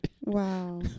Wow